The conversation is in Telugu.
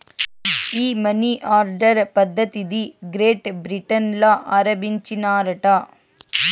ఈ మనీ ఆర్డర్ పద్ధతిది గ్రేట్ బ్రిటన్ ల ఆరంబించినారట